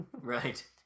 Right